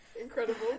Incredible